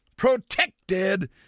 protected